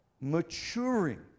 maturing